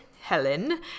Helen